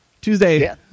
Tuesday